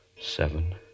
seven